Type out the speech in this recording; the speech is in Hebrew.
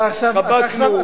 אל תגיד את זה בקול רם.